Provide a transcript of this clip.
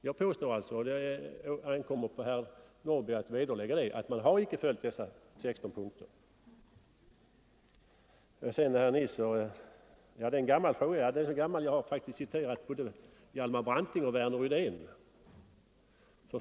Jag påstår alltså — det ankommer på herr Norrby att vederlägga det — att man icke har följt dessa 16 punkter. Sedan vill jag vända mig till herr Nisser med en gammal fråga. Ja, den är faktiskt så gammal att jag har citerat både Hjalmar Branting och Värner Rydén.